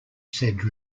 said